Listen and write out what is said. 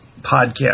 podcast